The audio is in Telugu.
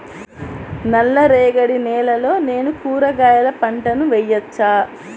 నల్ల రేగడి నేలలో నేను కూరగాయల పంటను వేయచ్చా?